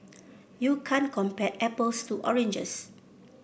you can't compare apples to oranges